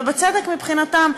ובצדק מבחינתם,